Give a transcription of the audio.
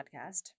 podcast